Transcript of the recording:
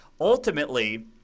ultimately